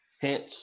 Hence